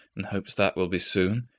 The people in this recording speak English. and hopes that will be soon.